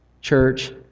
Church